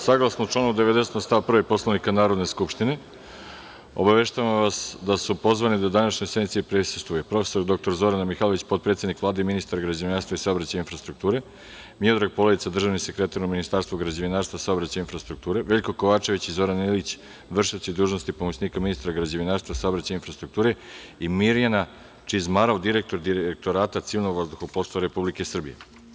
Saglasno članu 90. stav 1. Poslovnika Narodne skupštine obaveštavamo vas da su pozvani da današnjoj sednici prisustvuju prof. dr Zorana Mihajlović, potpredsednik Vlade i ministar građevinarstva, saobraćaja i infrastrukture, Miodrag Poledica, državni sekretar u Ministarstvu građevinarstva, saobraćaja i infrastrukture, Veljko Kovačević i Zoran Ilić, vršioci dužnosti pomoćnika ministra građevinarstva, saobraćaja i infrastrukture i Mirjana Čizmarov, direktor Direktorata civilnog vazduhoplovstva Republike Srbije.